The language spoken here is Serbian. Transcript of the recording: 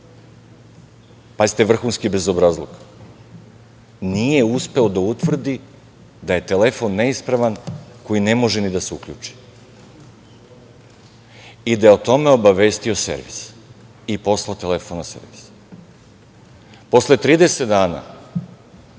Pazite, vrhunski bezobrazluk – nije uspeo da utvrdi da je telefon neispravan koji ne može ni da se uključi i da je o tome obavestio servis i poslao telefon na servis. Posle 30 dana